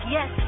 Yes